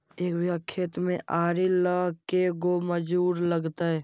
एक बिघा खेत में आरि ल के गो मजुर लगतै?